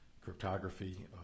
cryptography